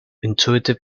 intuitive